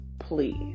please